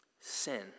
sin